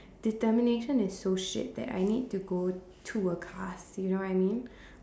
determination is so shit that I need to go to a class you know what I mean